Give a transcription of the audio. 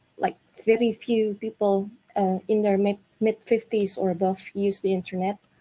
like very few people in their mid mid fifty s or above use the internet.